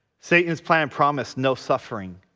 satan's plan promised no suffering